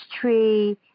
tree